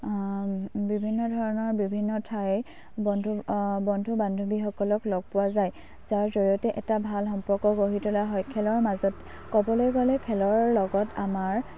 বিভিন্ন ধৰণৰ বিভিন্ন ঠাইৰ বন্ধু বন্ধু বান্ধৱীসকলক লগ পোৱা যায় যাৰ জৰিয়তে এটা ভাল সম্পৰ্ক গঢ়ি তোলা হয় খেলৰ মাজত ক'বলৈ গ'লে খেলৰ লগত আমাৰ